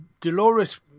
dolores